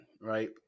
right